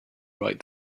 right